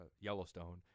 Yellowstone